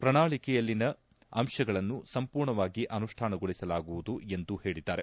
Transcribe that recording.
ಪ್ರಣಾಳಕೆಯಲ್ಲಿನ ಅಂಶಗಳನ್ನು ಸಂಪೂರ್ಣವಾಗಿ ಅನುಷ್ಣಾನಗೊಳಿಸಲಾಗುವುದು ಎಂದು ಹೇಳಿದ್ದಾರೆ